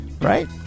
Right